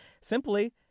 simply